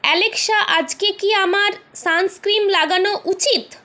Alexa আজকে কি আমার সানস্ক্রিন লাগানো উচিৎ